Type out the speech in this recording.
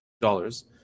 dollars